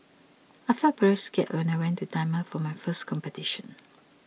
I felt very scared when I went to Myanmar for my first competition